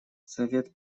совет